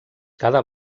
cada